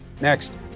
next